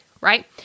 right